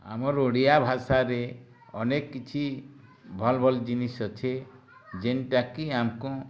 ଆମର୍ ଓଡ଼ିଆ ଭାଷାରେ ଅନେକ୍ କିଛି ଭଲ ଭଲ ଜିନିଷ୍ ଅଛେ ଯେନ୍ଟାକି ଆମ୍କୁ